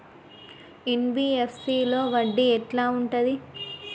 NBFC లో వడ్డీ ఎట్లా ఉంటది?